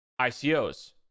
ICOs